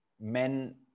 men